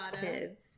kids